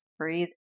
Breathe